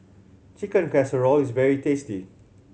Chicken Casserole is very tasty